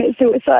suicide